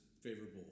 favorable